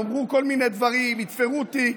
יאמרו כל מיני דברים, יתפרו תיק.